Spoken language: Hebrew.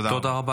תודה רבה.